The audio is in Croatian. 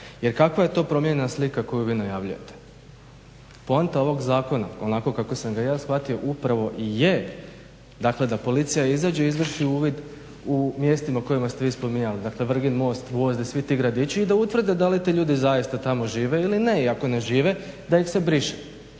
jer kakva je to promijenjena slika koju vi najavljujete? Poanta ovog zakona onako kako sam ga ja shvatio upravo i je da policija izađe i izvrše uvid u mjestima koje ste vi spominjali dakle Vrgin Most, Gvozd i svi ti gradići i da utvrdi da li ti ljudi zaista tamo žive ili ne i ako ne žive da ih se briše.